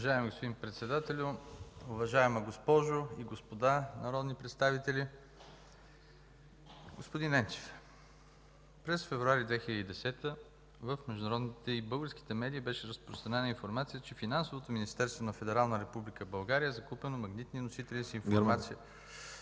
уважаема госпожо и господа народни представители! Господин Енчев, през месец февруари 2010 г. в международните и българските медии беше разпространена информация, че Финансовото министерство на Федерална република Германия е закупило магнитни носители с информация